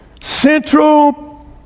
central